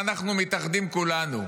ואנחנו מתאחדים כולנו.